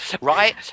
right